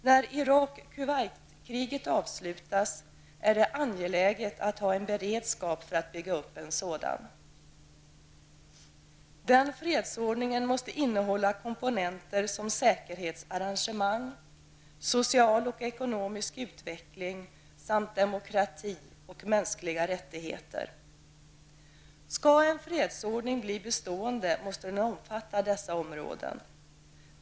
När Irak--Kuwait-kriget avslutas är det angeläget att ha en beredskap för att bygga upp en sådan. Den fredsordningen måste innehålla komponenter som säkerhetsarrangemang, social och ekonomisk utveckling samt demokrati och mänskliga rättigheter. Skall en fredsordning bli bestående, måste den omfatta dessa områden.